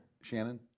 Shannon